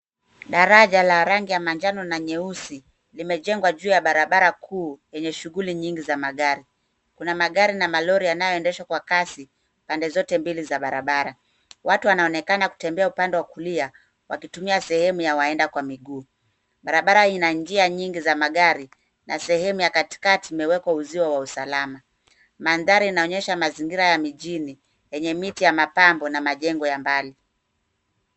Daraja la rangi ya manjano na nyeusi limejengwa juu ya barabara kuu lenye shughuli nyingi za magari. Kuna magari na malori yanayoendeshwa kwa kasi pande zote mbili za barabara. Watu wanaonekana kutembea upande wa kulia wakitumia sehemu ya waenda kwa miguu. Barabara ina njia nyingi za magari, na sehemu ya katikati imewekwa uzio wa usalama. Mandhari inaonyesha mazingira ya mjini yenye miti ya mapambo na majengo ya mbali.